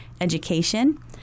education